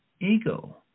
ego